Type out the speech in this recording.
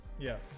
Yes